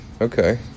Okay